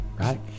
right